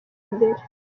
imbere